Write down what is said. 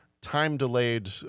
time-delayed